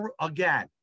again